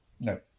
no